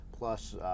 plus